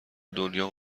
دنیا